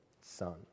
son